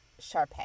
Sharpay